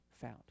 found